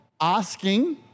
asking